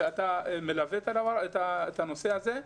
שאתה מלווה את הנושא הזה.